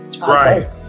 Right